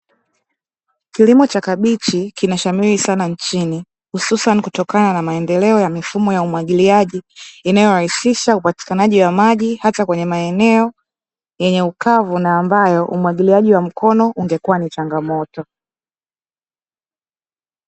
Kilimo cha kabichi kinashamiri sana nchini hususani kutokana na maendeleo ya mifumo ya umwagiliaji inayorahisisha upatikanaji wa maji hata kwenye maeneo yenye ukavu, na ambayo umwagiliaji wa mkono ungekuwa ni changamoto.